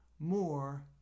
more